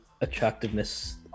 attractiveness